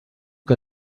que